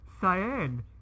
cyan